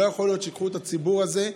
לא יכול להיות שייקחו את הציבור הזה,